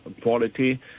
quality